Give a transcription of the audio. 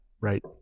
right